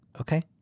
Okay